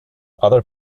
other